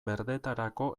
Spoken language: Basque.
berdetarako